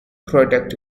product